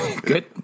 Good